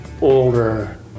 older